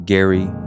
Gary